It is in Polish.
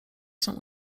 się